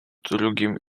drugim